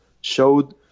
showed